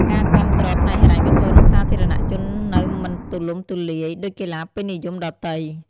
ការគាំទ្រផ្នែកហិរញ្ញវត្ថុ និងសាធារណជននៅមិនទូលំទូលាយដូចកីឡាពេញនិយមដទៃ។